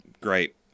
Great